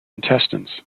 intestines